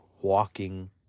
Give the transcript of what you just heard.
walking